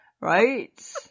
right